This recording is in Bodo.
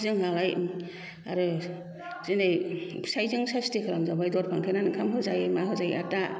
आरो जोंहालाय आरो दिनै फिसायजों सासथि खालामजाबाय दर फांथेनानै ओंखाम होजायै मा होजायै आरो दा